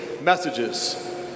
messages